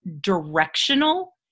directional